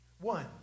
One